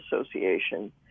Association